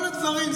כל הדברים,